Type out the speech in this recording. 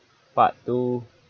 part two